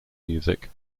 music